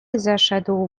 zeszedł